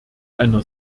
einer